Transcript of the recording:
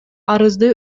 арызды